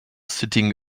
sitting